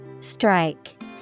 Strike